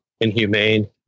inhumane